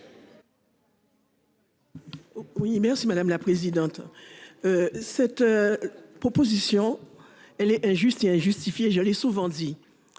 oui merci madame la présidente. Cette. Proposition. Elle est injuste et injustifiée, je l'ai souvent dit.